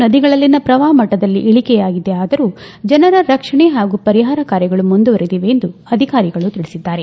ನದಿಗಳಲ್ಲಿನ ಶ್ರವಾಹ ಮಟ್ಟದಲ್ಲಿ ಇಳಕೆಯಾಗಿದೆಯಾದರೂ ಜನರ ರಕ್ಷಣೆ ಹಾಗೂ ಪರಿಹಾರ ಕಾರ್ಯಗಳು ಮುಂದುವರೆದಿವೆ ಎಂದು ಅಧಿಕಾರಿಗಳು ತಿಳಿಸಿದ್ದಾರೆ